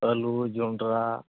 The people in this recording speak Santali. ᱟᱹᱞᱩ ᱡᱚᱸᱰᱨᱟ